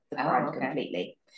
completely